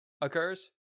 occurs